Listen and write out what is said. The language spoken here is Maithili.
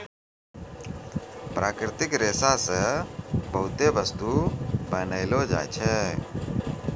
प्राकृतिक रेशा से बहुते बस्तु बनैलो जाय छै